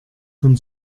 von